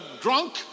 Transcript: drunk